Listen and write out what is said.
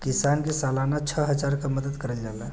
किसान के सालाना छः हजार क मदद करल जाला